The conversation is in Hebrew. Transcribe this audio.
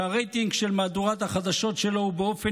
שהרייטינג של מהדורת החדשות שלו הוא באופן